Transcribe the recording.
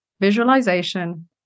Visualization